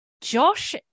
josh